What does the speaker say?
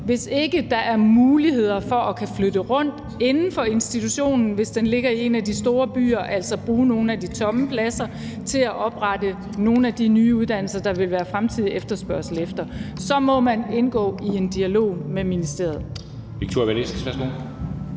Hvis ikke der er muligheder for at kunne flytte rundt inden for institutionen, hvis den ligger i en af de store byer – altså bruge nogle af de tomme pladser til at oprette nogle af de nye uddannelser, der vil være fremtidig efterspørgsel efter – så må man indgå i en dialog med ministeriet.